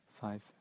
five